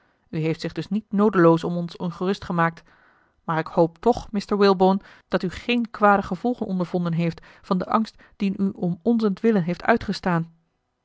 heeft zich dus niet noodeloos om ons ongerust gemaakt maar ik hoop toch mr walebone dat u geen kwade gevolgen ondervonden heeft van den angst dien u om onzentwille heeft uitgestaan